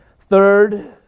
third